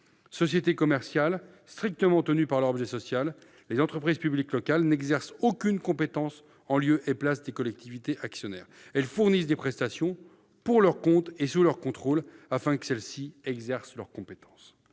Sociétés commerciales strictement tenues par leur objet social, les entreprises publiques locales n'exercent aucune compétence en lieu et place des collectivités actionnaires. Elles fournissent des prestations, pour leur compte et sous leur contrôle, afin que celles-ci exercent leurs compétences.